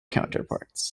counterparts